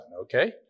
okay